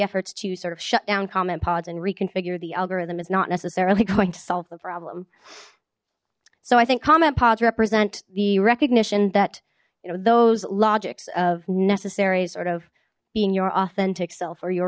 efforts to sort of shut down comment pods and reconfigure the algorithm is not necessarily going to solve the problem so i think comment pods represent the recognition that you know those logics of necessary sort of being your authentic self or your